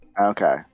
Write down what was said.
Okay